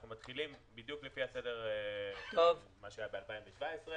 אנחנו מתחילים על פי הסדר במה שהיה ב-2017.